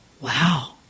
wow